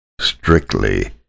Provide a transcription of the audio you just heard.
strictly